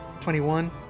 Twenty-one